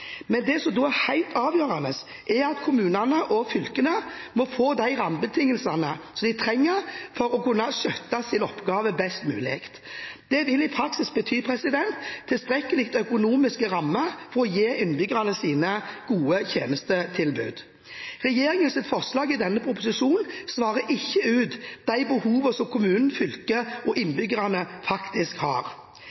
men det som er helt avgjørende, er at kommunene og fylkene må få de rammebetingelsene som de trenger for å kunne skjøtte sine oppgaver best mulig. Det vil i praksis bety tilstrekkelige økonomiske rammer for å gi innbyggerne gode tjenestetilbud. Regjeringens forslag i denne proposisjonen svarer ikke ut de behovene som kommunene, fylkene og